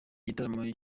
gitaramo